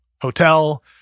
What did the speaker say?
hotel